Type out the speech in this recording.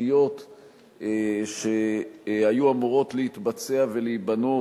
שתשתיות שהיו אמורות להתבצע ולהיבנות,